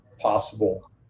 possible